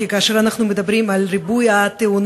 כי כאשר אנחנו מדברים על ריבוי התאונות